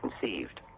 conceived